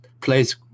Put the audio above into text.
plays